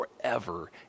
forever